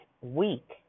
week